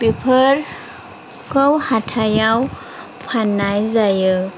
बेफोरखौ हाथाइयाव फाननाय जायो